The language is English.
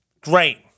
Great